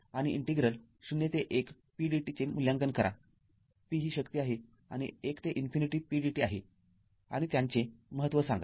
आणि इंटिग्रल ० ते १ pdt चे मूल्यांकन करा p ही शक्ती आहेआणि १ ते इन्फिनिटी pdt आहे आणि त्यांचे महत्त्व सांगा